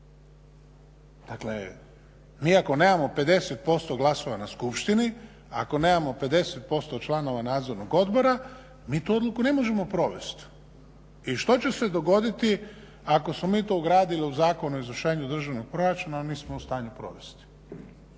Dakle mi ako nemamo 50% glasova na skupštini, ako nemamo 50% članova Nadzornog odbora, mi tu odluku ne možemo provest. I što će se dogoditi ako smo mi to ugradili u Zakon o izvršenju državnog proračuna, a nismo u stanju provesti?